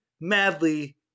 madly